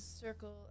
circle